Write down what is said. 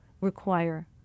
require